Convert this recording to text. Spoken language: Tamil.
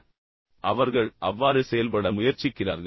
எனவே அவர்கள் அவ்வாறு செயல்பட முயற்சிக்கிறார்கள்